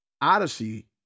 Odyssey